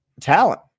talent